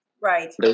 Right